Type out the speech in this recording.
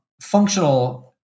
functional